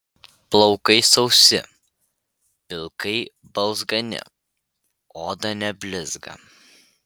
plaukai sausi pilkai balzgani oda neblizga